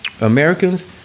Americans